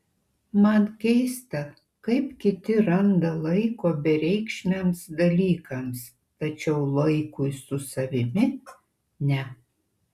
man keista kaip kiti randa laiko bereikšmiams dalykams tačiau laikui su savimi ne